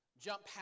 jump